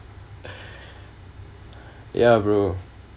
ya bro